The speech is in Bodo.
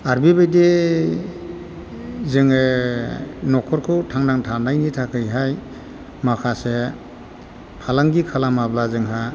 आरो बेबायदि जोङो न'खरखौ थांनानै थानायनि थाखायहाय माखासे फालांगि खालामाब्ला जोंहा